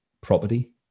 property